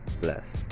bless